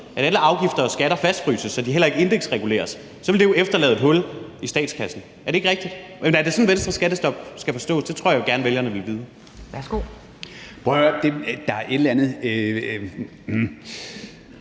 at alle afgifter og skatter fastfryses, så de heller ikke indeksreguleres, så vil det jo efterlade et hul i statskassen. Er det ikke rigtigt? Men er det sådan, Venstres skattestop skal forstås? Det tror jeg jo gerne vælgerne vil vide.